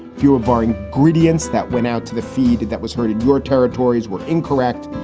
few of our ingredients that went out to the feed that was hurting your territories were incorrect.